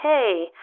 Hey